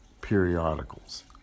periodicals